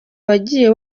wagiye